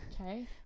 Okay